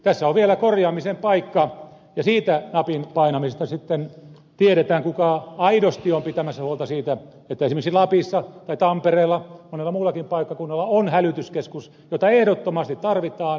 tässä on vielä korjaamisen paikka ja siitä napin painamisesta sitten tiedetään kuka aidosti on pitämässä huolta siitä että esimerkiksi lapissa tai tampereella monella muullakin paikkakunnalla on hälytyskeskus jota ehdottomasti tarvitaan lähellä